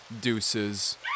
deuces